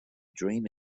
dream